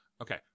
Okay